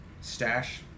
stash